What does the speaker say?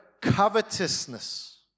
covetousness